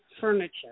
furniture